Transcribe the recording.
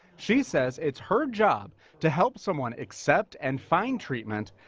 she says it's her job to help someone accept and find treatment,